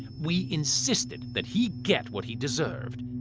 we insisted that he get what he deserved.